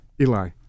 Eli